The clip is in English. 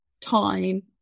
time